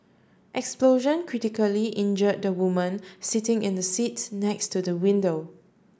explosion critically injured woman sitting in the seat next to the window